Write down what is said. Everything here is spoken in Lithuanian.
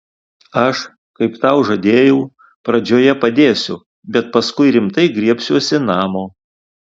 aš kaip tau žadėjau pradžioje padėsiu bet paskui rimtai griebsiuosi namo